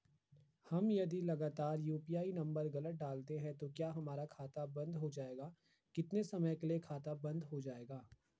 हम यदि लगातार यु.पी.आई नम्बर गलत डालते हैं तो क्या हमारा खाता बन्द हो जाएगा कितने समय के लिए खाता बन्द हो जाएगा?